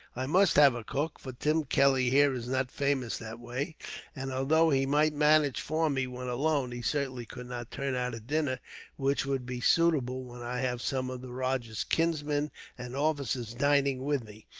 i must have a cook, for tim kelly here is not famous that way and although he might manage for me, when alone, he certainly could not turn out a dinner which would be suitable, when i have some of the rajah's kinsmen and officers dining with me.